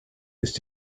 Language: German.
ist